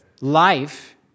Life